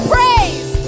Praise